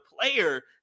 player